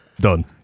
done